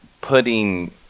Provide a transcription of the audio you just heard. putting